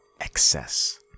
excess